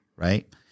Right